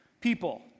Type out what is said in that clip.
people